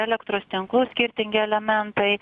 elektros tinklų skirtingi elementai